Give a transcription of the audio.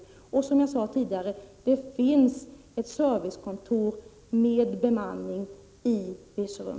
Dessutom finns det, som jag sade tidigare, ett servicekontor med bemanning i Virserum.